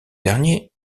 dernier